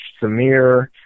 Samir